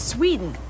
Sweden